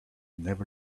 never